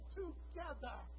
together